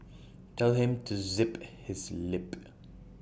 tell him to zip his lip